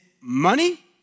money